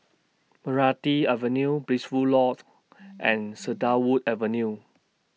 Meranti Avenue Blissful Loft and Cedarwood Avenue